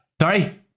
Sorry